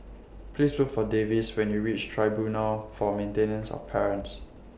Please Look For Davis when YOU REACH Tribunal For Maintenance of Parents